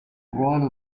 ruolo